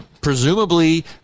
presumably